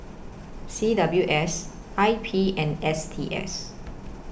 C W S I P and S T S